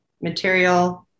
material